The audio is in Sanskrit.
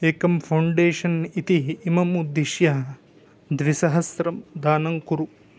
एकं फ़ौण्डेशन् इति इमम् उद्दिश्य द्विसहस्रं दानं कुरु